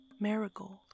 Marigold